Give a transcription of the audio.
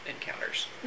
encounters